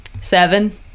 Seven